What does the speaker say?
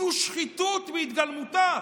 זו שחיתות בהתגלמותה.